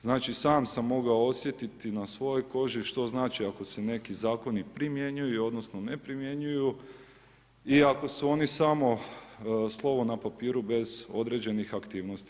Znači sam mogao osjetiti na svojoj koži što znači ako se neki zakoni primjenjuju, odnosno ne primjenjuju i ako su oni samo slovo na papiru bez određenih aktivnosti.